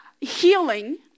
healing